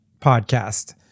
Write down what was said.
podcast